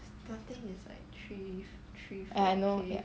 starting is like three three four K